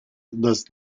does